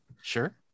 Sure